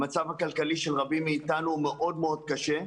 המצב הכלכלי של רבים מאתנו הוא מאוד מאוד קשה,